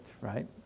right